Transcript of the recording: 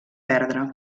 perdre